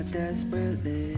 desperately